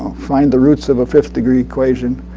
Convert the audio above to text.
find the roots of a fifth-degree equation.